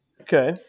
Okay